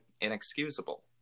inexcusable